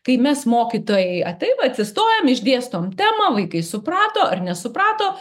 kai mes mokytojai taip atsistojam išdėstom temą vaikai suprato ar nesuprato